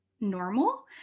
normal